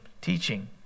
teaching